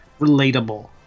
relatable